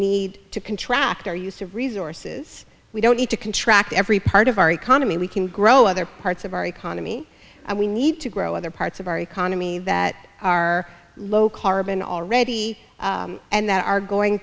need to contract are used to resort says we don't need to contract every part of our economy we can grow other parts of our economy we need to grow other parts of our economy that are low carbon already and that are going